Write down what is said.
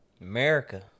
America